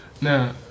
Now